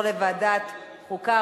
לוועדת החוקה,